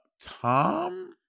Tom